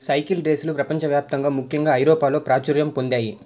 cycle రేసులు ప్రపంచవ్యాప్తంగా ముఖ్యంగా ఐరోపాలో ప్రాచుర్యం పొందాయి